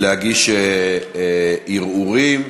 להגיש ערעורים.